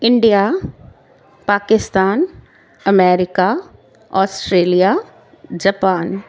India Pakistan America Australia Japan